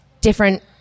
different